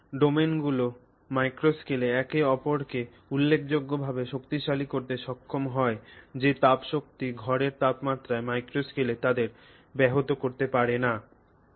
তবে ডোমেনগুলি ম্যাক্রোস্কেলে একে অপরকে উল্লেখযোগ্যভাবে শক্তিশালী করতে সক্ষম হয় যে তাপ শক্তি ঘরের তাপমাত্রায় মাইক্রো স্কেলে তাদের ব্যাহত করতে পারে না